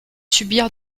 subir